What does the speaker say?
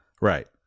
Right